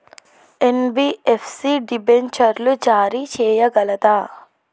NBFC డిబెంచర్లు జారీ చేయగలదా?